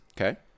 Okay